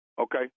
Okay